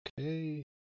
Okay